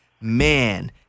man